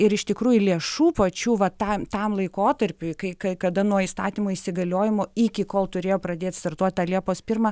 ir iš tikrųjų lėšų pačių va tą tam laikotarpiui kai kai kada nuo įstatymo įsigaliojimo iki kol turėjo pradėt startuot tą liepos pirmą